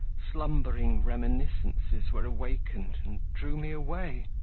slumbering reminiscences were awakened and drew me away.